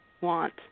want